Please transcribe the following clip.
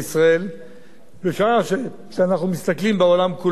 בשעה שכשאנחנו מסתכלים בעולם כולו אנחנו רואים הפרות